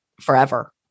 forever